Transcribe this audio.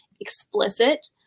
explicit